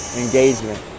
engagement